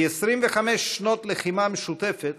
כי 25 שנות לחימה משותפת